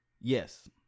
Yes